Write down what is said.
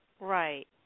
Right